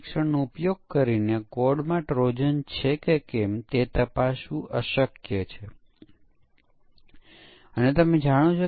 પરીક્ષણના કેસોની રચના માટે 3 મુખ્ય અભિગમો છે